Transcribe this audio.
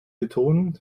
betonen